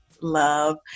love